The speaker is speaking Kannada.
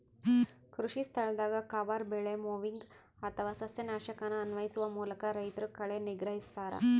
ಕೃಷಿಸ್ಥಳದಾಗ ಕವರ್ ಬೆಳೆ ಮೊವಿಂಗ್ ಅಥವಾ ಸಸ್ಯನಾಶಕನ ಅನ್ವಯಿಸುವ ಮೂಲಕ ರೈತರು ಕಳೆ ನಿಗ್ರಹಿಸ್ತರ